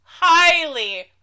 Highly